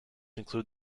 include